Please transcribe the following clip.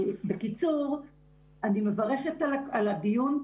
בקיצור אני מברכת על הדיון,